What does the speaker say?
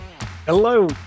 Hello